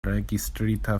registrita